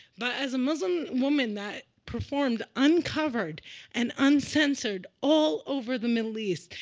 but as a muslim woman that performed uncovered and uncensored all over the middle east,